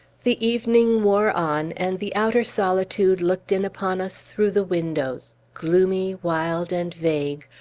the evening wore on, and the outer solitude looked in upon us through the windows, gloomy, wild, and vague,